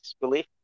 belief